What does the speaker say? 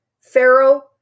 Pharaoh